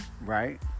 right